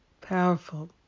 powerful